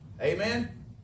Amen